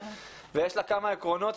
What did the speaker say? ויש לה כמה עקרונות,